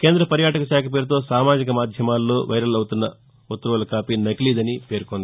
కేంద్ర పర్యాటక శాఖ పేరుతో సామాజిక మాధ్యమాల్లో వైరల్ అపుతున్న ఉత్తర్వుల కాపీ నకిలీదని పేర్కొంది